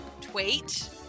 tweet